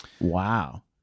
Wow